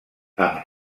amb